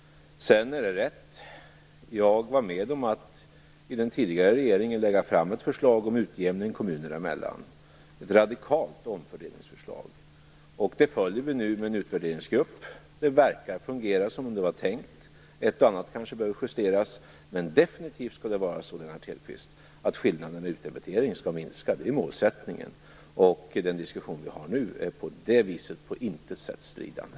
Det är rätt att jag var med om att i den tidigare regeringen lägga fram ett förslag om utjämning kommunerna emellan. Det var ett radikalt omfördelningsförslag. Det följer vi nu med en utvärderingsgrupp. Det verkar fungera som det var tänkt. Ett och annat kanske behöver justeras. Men definitivt, Lennart Hedquist, skall skillnaderna i utdebitering minska. Det är målsättningen. Den diskussion vi för nu är på det viset på intet sätt stridande.